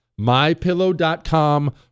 MyPillow.com